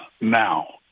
now